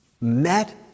met